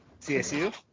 CSU